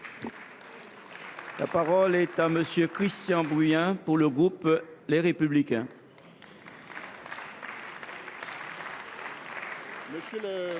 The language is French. La parole est à M. Christian Bruyen, pour le groupe Les Républicains.